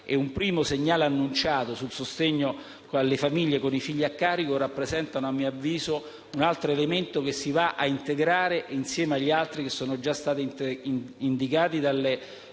un primo segnale annunciato sul sostegno alle famiglie con figli a carico rappresentano, a mio avviso, un altro elemento che si va a integrare agli altri che sono già stati indicati nelle relazioni